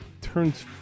turns